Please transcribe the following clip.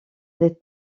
des